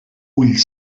ull